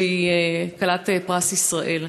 שהיא כלת פרס ישראל.